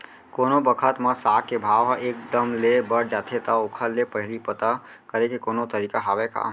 कोनो बखत म साग के भाव ह एक दम ले बढ़ जाथे त ओखर ले पहिली पता करे के कोनो तरीका हवय का?